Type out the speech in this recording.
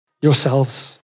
yourselves